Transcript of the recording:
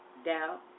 doubt